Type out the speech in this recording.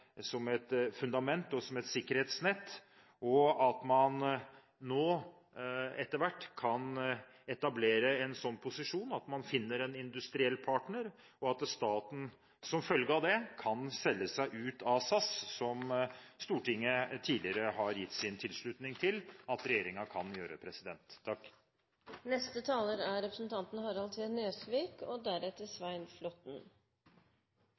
fundament og som et sikkerhetsnett. Jeg håper også at man etter hvert kan etablere en sånn posisjon at man finner en industriell partner, og at staten – som en følge av det – kan selge seg ut av SAS, som Stortinget tidligere har gitt sin tilslutning til.